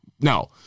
No